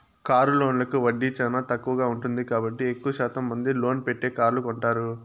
car లోన్లకు వడ్డీ చానా తక్కువగా ఉంటుంది కాబట్టి ఎక్కువ శాతం మంది లోన్ పెట్టే కార్లు కొంటారు